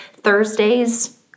Thursdays